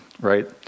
right